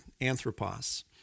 anthropos